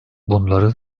bunları